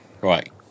Right